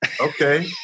Okay